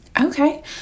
Okay